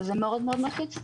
זה מאוד מאוד מלחיץ אותי.